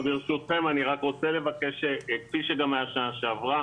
ברשותכם אני רוצה לבקש, כפי שגם היה בשנה שעברה,